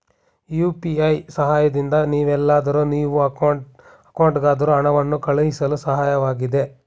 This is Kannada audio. ಯು.ಪಿ.ಐ ಸಹಾಯದಿಂದ ನೀವೆಲ್ಲಾದರೂ ನೀವು ಅಕೌಂಟ್ಗಾದರೂ ಹಣವನ್ನು ಕಳುಹಿಸಳು ಸಹಾಯಕವಾಗಿದೆ